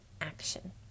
action